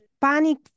panic